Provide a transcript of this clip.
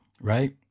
Right